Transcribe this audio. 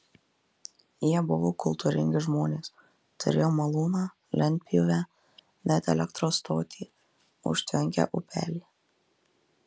jie buvo kultūringi žmonės turėjo malūną lentpjūvę net elektros stotį užtvenkę upelį